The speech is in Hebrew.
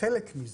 חלק מזה.